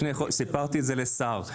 סיפרתי את זה לשר.